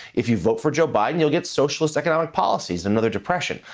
if you vote for joe biden, you'll get socialist economic policies, another depression.